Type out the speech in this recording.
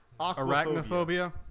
Arachnophobia